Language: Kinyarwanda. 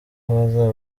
bazaba